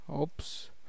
oops